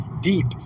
deep